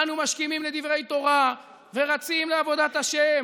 אנו משכימים לדברי תורה ורצים לעבודת ה'.